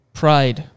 pride